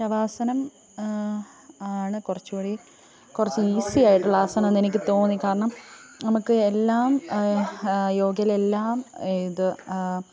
ശവാസനം ആണ് കുറച്ചുകൂടി കുറച്ച് ഈസി ആയിട്ടുള്ള ആസനമെന്ന് എനിക്ക് തോന്നി കാരണം നമുക്ക് എല്ലാം യോഗയിലെ എല്ലാം ഇത്